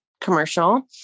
commercial